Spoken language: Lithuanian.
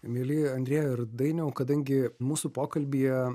mieli andreja ir dainiau kadangi mūsų pokalbyje